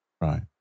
Right